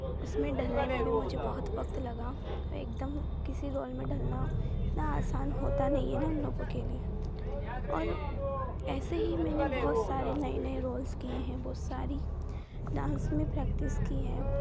उसमें ढलने में भी मुझे बहुत वक़्त लगा एकदम किसी रोल में ढलना इतना आसान होता नहीं है ना हम लोगों के लिए और ऐसे ही मैंने बहुत सारे नए नए रोल्ज़ किए हैं बहुत सारी डांस में प्रैक्टिस की है